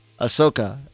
Ahsoka